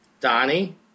Donnie